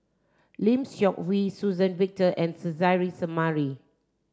Lim Seok Hui Suzann Victor and Suzairhe Sumari